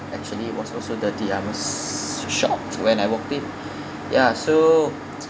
actually was also dirty I'm s~ shocked when I walked in ya so